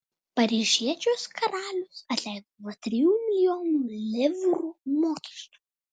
paryžiečius karalius atleido nuo trijų milijonų livrų mokesčių